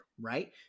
Right